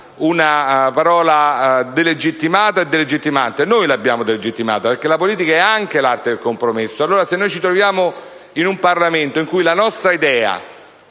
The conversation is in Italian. una parola delegittimata e delegittimante - noi l'abbiamo delegittimata - perché la politica è anche arte del compromesso. Se ci troviamo in un Parlamento in cui la nostra idea,